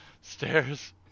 stairs